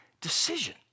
decision